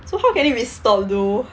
so how can it be stopped though